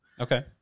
Okay